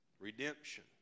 redemption